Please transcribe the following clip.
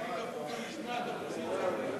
אלמלא הייתי כפוף למשמעת אופוזיציה הייתי מצביע לשר.